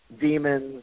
Demons